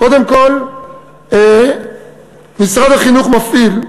קודם כול, משרד החינוך מפעיל,